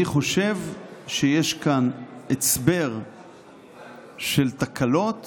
אני חושב שיש כאן הצבר של תקלות